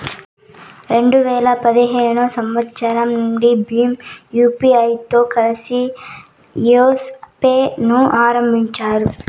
రెండు వేల పదిహేడు సంవచ్చరం నుండి భీమ్ యూపీఐతో కలిసి యెస్ పే ను ఆరంభించారు